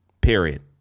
Period